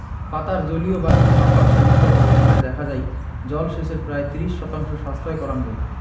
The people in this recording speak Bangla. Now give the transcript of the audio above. পাতার জলীয় বাষ্প মাপার সেন্সর ব্যবহারে দেখা যাই জলসেচের প্রায় ত্রিশ শতাংশ সাশ্রয় করাং যাই